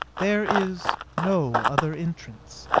there is no other entrance.